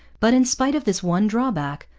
but, in spite of this one drawback,